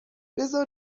بزار